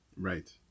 Right